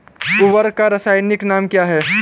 उर्वरक का रासायनिक नाम क्या है?